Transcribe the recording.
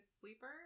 sleeper